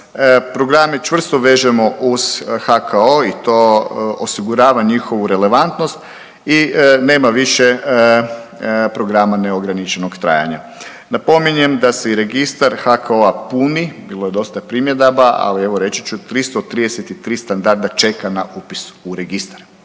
Programe čvrsto vežemo uz HKO i to osigurava njihovu relevantnost i nema više programa neograničenog trajanja. Napominjem da se i registar HKO-a puni, bilo je dosta primjedaba, ali evo reći ću 333 standarda čeka na upis u registar